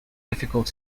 difficult